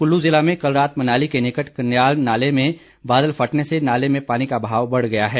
कुल्लू जिला में कल रात मनाली के निकट कन्याल नाले में बादल फटने से नाले में पानी का बहाव बढ़ गया है